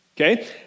okay